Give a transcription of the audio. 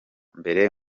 mbere